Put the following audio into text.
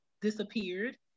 disappeared